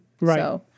Right